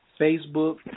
Facebook